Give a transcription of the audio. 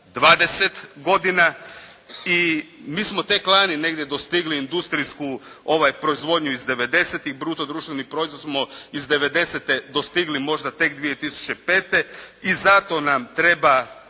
20 godina i mi smo tek lani negdje dostigli industrijsku proizvodnju iz 90-tih, bruto društveni proizvod smo iz 90-te dostigli možda tek 2005. i zato nam treba